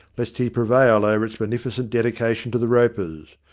lest he pre vail over its beneficent dedication to the ropers.